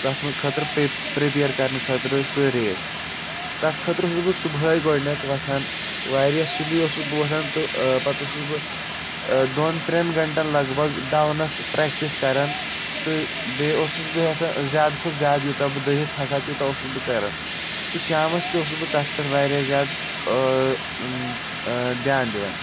تَتھ وۄنۍ خٲطرٕ پرٛیٚپیَر کرنہٕ خٲطرٕ سُہ ریس تَتھ خٲطرٕ اوسُس بہٕ صُبحٲے گۄڈٕنٮ۪تھ وَتھان واریاہ سُلی اوسُس بہٕ وَتھان تہٕ پَتہٕ اوسُس بہٕ دۄن ترٛٮ۪ن گھنٛٹَن لَگ بَگ دَونَس پرٛٮ۪کٹِس کَران تہٕ بیٚیہِ اوسُس بہٕ یژھان زیادٕ کھۄتہٕ زیادٕ یوٗتاہ بہٕ دٔوِتھ ہٮ۪کہٕ ہا تیوٗتاہ اوسُس بہٕ کَران تہٕ شامَس تہِ اوسُس بہٕ تَتھ پٮ۪ٹھ واریاہ زیادٕ دھیان دِوان